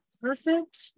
perfect